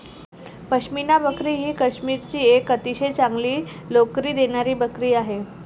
पश्मिना बकरी ही काश्मीरची एक अतिशय चांगली लोकरी देणारी बकरी आहे